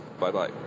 Bye-bye